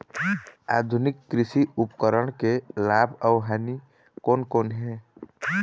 आधुनिक कृषि उपकरण के लाभ अऊ हानि कोन कोन हे?